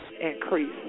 Increase